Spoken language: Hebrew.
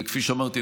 וכפי שאמרתי,